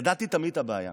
ידעתי תמיד את הבעיה,